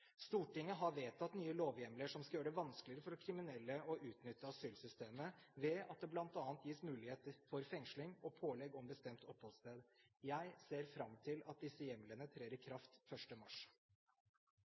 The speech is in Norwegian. Stortinget har vedtatt nye lovhjemler som skal gjøre det vanskeligere for kriminelle å utnytte asylsystemet, bl.a. ved at det gis mulighet for fengsling og pålegg om et bestemt oppholdssted. Jeg ser fram til at disse hjemlene trer i